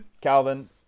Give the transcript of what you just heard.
Calvin